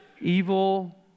evil